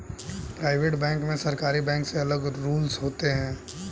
private bank में सरकारी bank से अलग रूल्स होते है